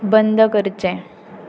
बंद करचें